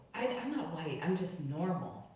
i'm not white, i'm just normal.